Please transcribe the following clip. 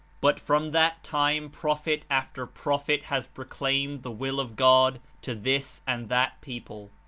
but from that time prophet after prophet has proclaimed the will of god to this and that people.